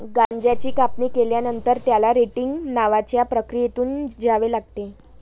गांजाची कापणी केल्यानंतर, त्याला रेटिंग नावाच्या प्रक्रियेतून जावे लागते